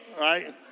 right